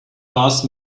last